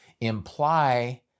imply